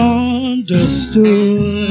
understood